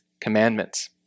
commandments